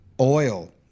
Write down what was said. oil